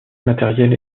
matérielle